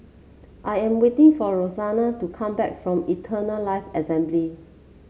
I am waiting for Rosella to come back from Eternal Life Assembly